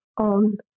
on